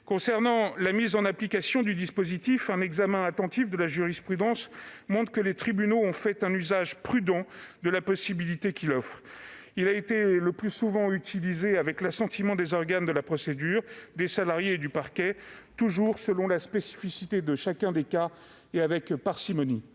Concernant la mise en oeuvre du dispositif, un examen attentif de la jurisprudence montre que les tribunaux ont fait un usage prudent de la possibilité qu'il offre. Il a été le plus souvent utilisé avec l'assentiment des organes de la procédure, des salariés et du parquet, toujours en prenant en compte les spécificités de chacun des cas, et avec parcimonie.